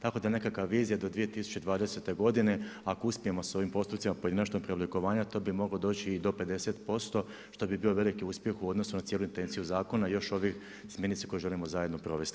Tako da nekakva vizija do 2020. godine ako uspijemo sa ovim postupcima pojedinačnog preoblikovanja to bi moglo doći i do 50%, što bi bio veliki uspjeh u odnosu na cijelu intenciju zakona i još ovi smjernice koje želimo zajedno provesti.